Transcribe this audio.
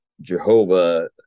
Jehovah